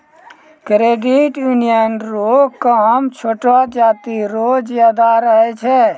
credit union रो काम छोटो जाति रो ज्यादा रहै छै